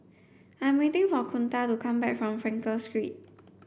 I'm waiting for Kunta to come back from Frankel Street